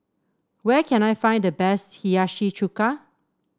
where can I find the best Hiyashi Chuka